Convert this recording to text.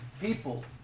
people